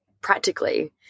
practically